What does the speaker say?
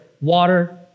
water